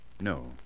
No